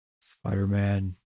Spider-Man